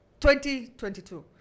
2022